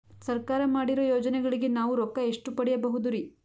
ಸರ್ಕಾರ ಮಾಡಿರೋ ಯೋಜನೆಗಳಿಗೆ ನಾವು ರೊಕ್ಕ ಎಷ್ಟು ಪಡೀಬಹುದುರಿ?